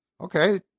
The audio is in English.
Okay